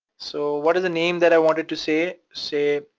so, what is the name that i want it to say? say,